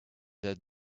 that